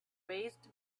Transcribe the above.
raised